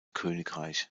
königreich